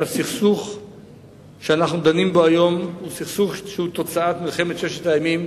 שהסכסוך שאנו דנים בו היום הוא תוצאה של מלחמת ששת הימים,